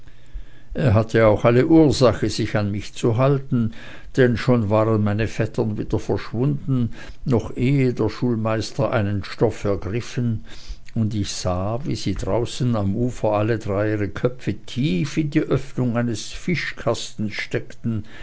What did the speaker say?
er hatte auch alle ursache sich an mich zu halten denn schon waren meine vettern wieder verschwunden noch ehe der schulmeister einen stoff ergriffen und ich sah wie sie draußen am ufer alle drei ihre köpfe tief in die öffnung eines fischkastens steckten